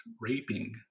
raping